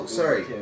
sorry